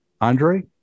Andre